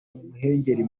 umuhengeri